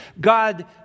God